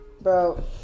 bro